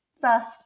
first